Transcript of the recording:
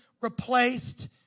replaced